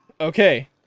okay